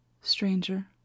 Stranger